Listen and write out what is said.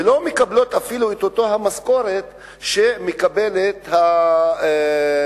ולא מקבלות אפילו את המשכורת שמקבלת המחנכת